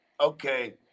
okay